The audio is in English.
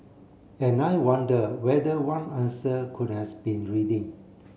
and I wonder whether one answer could has been reading